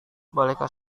bolehkah